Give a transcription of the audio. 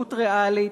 ופשרנות ריאלית,